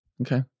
Okay